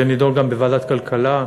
זה נדון גם בוועדת כלכלה: